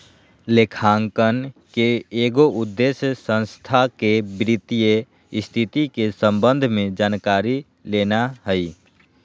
लेखांकन के एगो उद्देश्य संस्था के वित्तीय स्थिति के संबंध में जानकारी लेना हइ